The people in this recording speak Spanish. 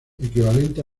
equivalente